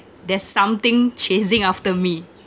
there's something chasing after me